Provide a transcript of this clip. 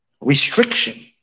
Restriction